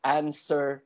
answer